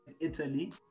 Italy